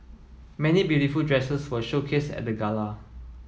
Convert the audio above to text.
many beautiful dresses were showcased at the gala